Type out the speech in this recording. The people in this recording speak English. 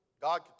God